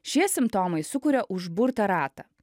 šie simptomai sukuria užburtą ratą